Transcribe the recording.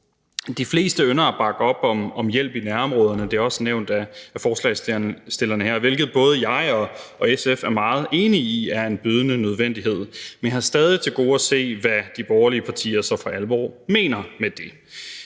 er også nævnt af forslagsstillerne her, hvilket både jeg og SF er meget enige i er en bydende nødvendighed, men jeg har stadig til gode at se, hvad de borgerlige partier så for alvor mener med det.